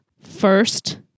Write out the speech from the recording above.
first